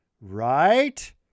Right